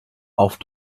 auf